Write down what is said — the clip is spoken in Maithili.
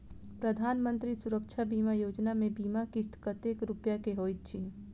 प्रधानमंत्री सुरक्षा बीमा योजना मे बीमा किस्त कतेक रूपया केँ होइत अछि?